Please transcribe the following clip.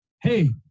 hey